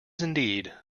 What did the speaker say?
indeed